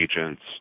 agents